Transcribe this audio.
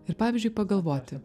ir pavyzdžiui pagalvoti